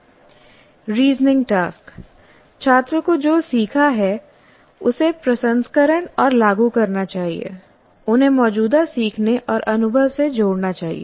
reasoning task छात्र को जो सीखा है उसे प्रसंस्करण और लागू करना चाहिए उन्हें मौजूदा सीखने और अनुभव से जोड़ना चाहिए